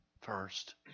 first